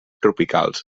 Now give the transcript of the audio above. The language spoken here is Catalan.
tropicals